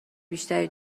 بیشتری